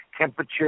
temperature